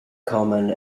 common